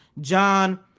John